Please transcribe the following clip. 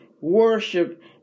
worship